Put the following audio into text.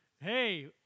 Hey